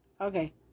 okay